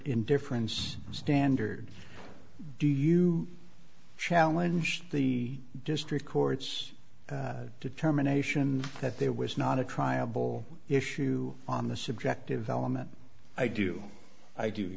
indifference standard do you challenge the district court's determination that there was not a triable issue on the subjective element i do i do